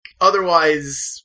otherwise